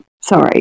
Sorry